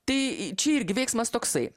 tai čia irgi veiksmas toksai